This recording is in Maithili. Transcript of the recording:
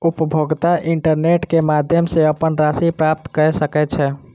उपभोगता इंटरनेट क माध्यम सॅ अपन राशि प्राप्त कय सकै छै